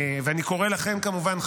קורא לכם כמובן,